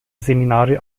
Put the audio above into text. seminare